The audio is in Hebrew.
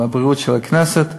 הרווחה והבריאות של הכנסת.